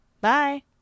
Bye